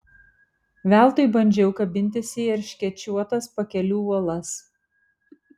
veltui bandžiau kabintis į erškėčiuotas pakelių uolas